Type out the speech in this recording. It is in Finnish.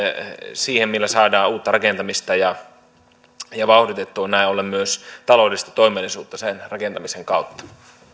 siihen millä saadaan uutta rakentamista ja ja vauhditettua näin ollen myös taloudellista toimeliaisuutta sen rakentamisen kautta